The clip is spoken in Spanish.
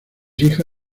hija